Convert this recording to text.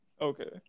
okay